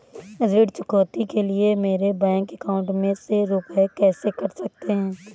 ऋण चुकौती के लिए मेरे बैंक अकाउंट में से रुपए कैसे कट सकते हैं?